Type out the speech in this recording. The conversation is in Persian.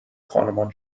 خانمان